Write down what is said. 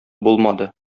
булмады